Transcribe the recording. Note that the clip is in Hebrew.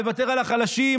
לוותר על החלשים,